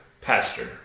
pastor